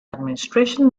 administration